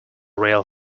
real